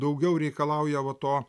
daugiau reikalauja va to